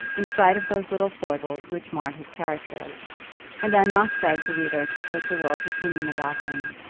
in spite of those little foibles which marred his character and i must beg the reader to take the world's opinion about him,